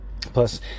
Plus